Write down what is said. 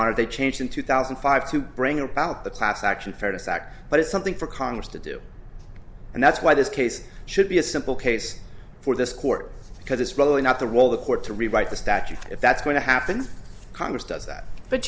are they changed in two thousand and five to bring about the class action fairness act but it's something for congress to do and that's why this case should be a simple case for this court because it's really not the role of the court to rewrite the statute if that's going to happen congress does that but